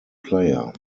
player